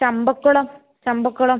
Champakulam Champakulam